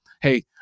hey